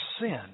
sin